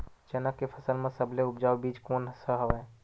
चना के फसल म सबले उपजाऊ बीज कोन स हवय?